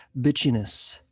bitchiness